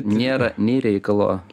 nėra nei reikalo